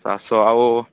ଚାରି ଶହ ଆଉ